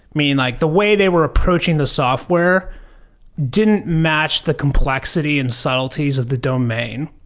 meaning, like the way they were approaching the software didn't match the complexity and subtleties of the domain.